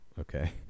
Okay